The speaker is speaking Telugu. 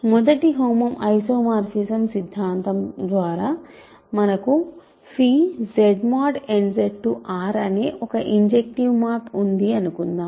మొదటి ఐసోమోర్ఫిజమ్ సిద్ధాంతం ద్వారా మనకు ZnZR అనే ఒక ఇంజెక్టివ్ మ్యాప్ ఉంది అనుకుందాం